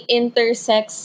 intersex